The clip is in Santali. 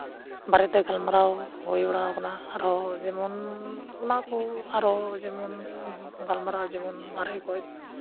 ᱵᱟᱨᱮᱛᱮ ᱜᱟᱞᱢᱟᱨᱟᱣ ᱦᱩᱭ ᱵᱟᱲᱟᱣ ᱠᱟᱱᱟ ᱟᱨᱦᱚᱸ ᱡᱮᱢᱚᱱ ᱚᱱᱟᱠᱚ ᱟᱨᱚ ᱡᱮᱢᱚᱱ ᱜᱟᱞᱢᱟᱨᱟᱣ ᱡᱮᱢᱚᱱ ᱵᱟᱦᱨᱮ ᱠᱷᱚᱡ